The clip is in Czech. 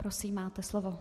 Prosím, máte slovo.